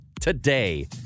today